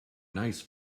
nice